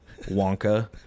wonka